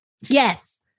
Yes